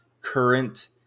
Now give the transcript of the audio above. current